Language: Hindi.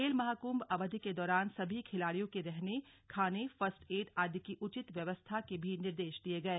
खेल महाकुम्भ अवधि के दौरान सभी खिलाड़ियों के रहने खाने फर्स्ट एड आदि की उचित व्यवस्था के भी निर्देश दिये गए